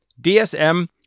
DSM